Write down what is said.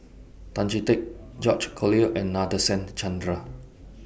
Tan Chee Teck George Collyer and Nadasen Chandra